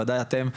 בוודאי אתם,